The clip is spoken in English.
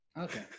Okay